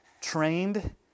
trained